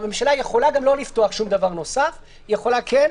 הממשלה יכולה גם לא לפתוח שום דבר נוסף והיא יכולה לפתוח.